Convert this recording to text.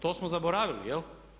To smo zaboravili, jel'